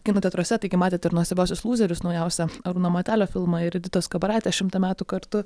kino teatruose taigi matėt ir nuostabiuosius lūzerius naujausią arūno matelio filmą ir editos kabaraitės šimtą metų kartu